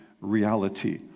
reality